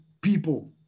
people